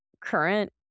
current